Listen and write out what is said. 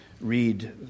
read